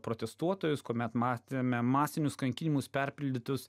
protestuotojus kuomet matėme masinius kankinimus perpildytus